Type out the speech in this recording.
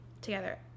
together